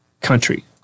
country